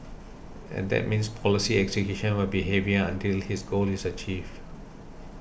and that means policy execution will be heavier until his goal is achieved